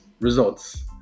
results